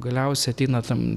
galiausiai ateina tam